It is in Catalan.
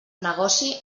negoci